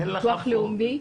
ביטוח לאומי.